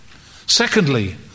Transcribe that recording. Secondly